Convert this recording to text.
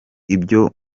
ibyo